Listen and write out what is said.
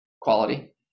quality